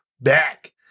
back